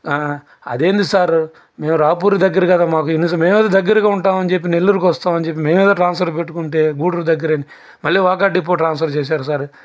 అదేంది సార్ మేము రాయపూర్ దగ్గర కదా మాకు మేమేదో దగ్గరగా ఉంటాం అని చెప్పి నెల్లూర్కు వస్తాం అని చెప్పి మేమేదో ట్రాన్స్ఫర్ పెట్టుకుంటే గూడూర్ దగ్గర అని మళ్ళీ వాకాడు డిపో ట్రాన్స్ఫర్ చేశారు